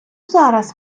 зараз